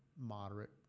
moderate